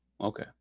Okay